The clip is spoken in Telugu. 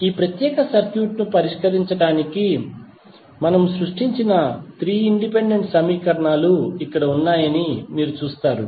ఈ ప్రత్యేక సర్క్యూట్ పరిష్కరించడానికి మనము సృష్టించిన 3 ఇండిపెండెంట్ సమీకరణాలు ఇక్కడ ఉన్నాయని మీరు చూస్తారు